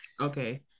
Okay